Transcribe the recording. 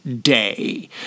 day